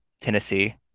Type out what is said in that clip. Tennessee